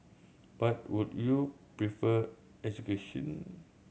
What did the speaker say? but would you prefer execution